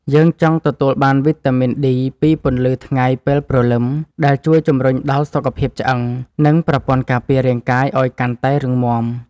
យើងចង់ទទួលបានវីតាមីនឌី ពីពន្លឺថ្ងៃពេលព្រលឹម ដែលជួយជម្រុញដល់សុខភាពឆ្អឹង និងប្រព័ន្ធការពាររាងកាយឱ្យកាន់តែរឹងមាំ។